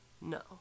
No